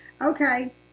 okay